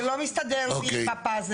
זה לא מסתדר לי בפאזל.